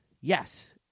Yes